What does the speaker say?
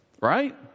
right